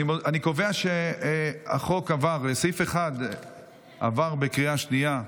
אני קובע שסעיף 1 עבר בקריאה שנייה,